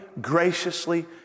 graciously